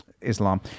Islam